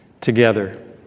together